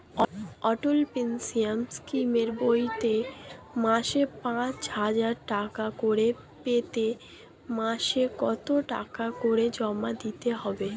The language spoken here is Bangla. অটল পেনশন স্কিমের বইতে মাসে পাঁচ হাজার টাকা করে পেতে মাসে কত টাকা করে জমা দিতে হবে?